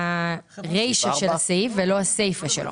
הרישה של הסעיף ולא הסייפה שלו.